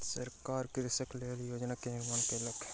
सरकार कृषक के लेल योजना के निर्माण केलक